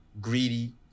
greedy